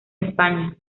españa